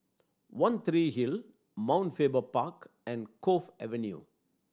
One Tree Hill Mount Faber Park and Cove Avenue